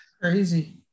Crazy